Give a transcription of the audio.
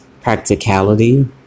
practicality